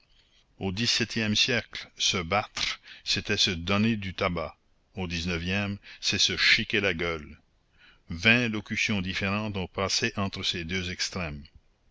au dix-septième siècle se battre c'était se donner du tabac au dix-neuvième c'est se chiquer la gueule vingt locutions différentes ont passé entre ces deux extrêmes